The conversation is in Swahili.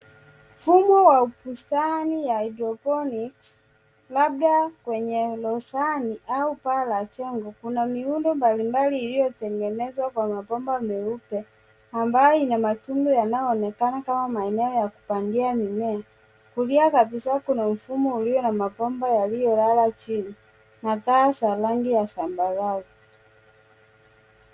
Mfumo wa bustani ya Hydroponics labda kwenye roshani au paa la jengo kuna miundo mbali mbali iliyotengenezwa kwa mabomba meupe ambayo inamatundu yanayoonekana kama maeneo ya kupandia mimea. Kulia kabisa kuna mfumo ulio na bomba yaliyo lala chini na taa za rangi ya samawati.